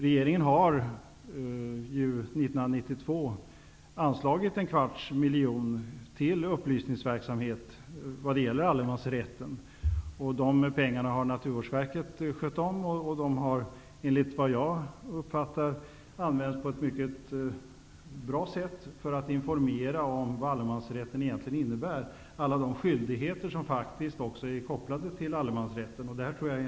Regeringen har för 1992 anslagit en kvarts miljon till upplysningsverksamhet när det gäller allemansrätten. De pengarna har Naturvårdsverket handhaft på ett mycket bra sätt, nämligen genom att informera om vad allemansrätten egentligen innebär -- det gäller då även alla de skyldigheter som faktiskt också är kopplade till allemansrätten.